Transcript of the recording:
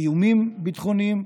איומים ביטחוניים